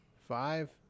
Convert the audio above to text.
five